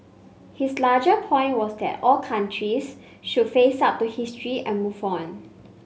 his larger point was that all countries should face up to history and move on